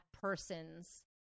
person's